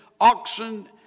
oxen